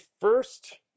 first